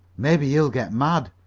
maybe he'll get mad.